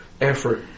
effort